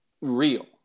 real